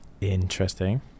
interesting